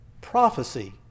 prophecy